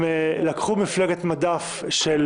הם לקחו מפלגת מדף של